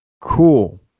Cool